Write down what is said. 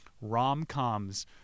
Rom-coms